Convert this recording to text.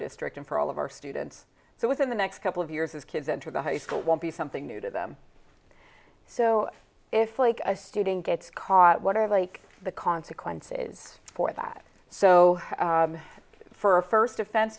district and for all of our students so within the next couple of years as kids enter the high school won't be something new to them so if like a student gets caught what i like the consequences for that so for a first offen